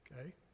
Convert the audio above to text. Okay